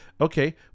Okay